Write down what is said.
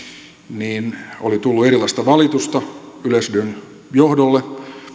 niin oli tullut erilaista valitusta yleisradion johdolle